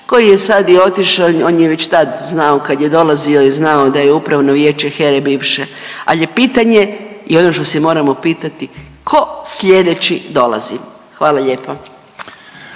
koji je sad i otišao, on je već tad znao kad je dolazio je znao da je Upravno vijeće HERA-e bivše. Ali je pitanje i ono što se mora pitati tko sljedeći dolazi? Hvala lijepa.